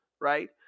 Right